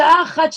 שעה אחת,